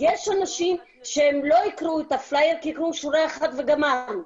יש אנשים שלא יקראו את הפלייר כי הם יקראו שורה אחת וגמרנו.